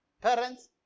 Parents